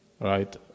right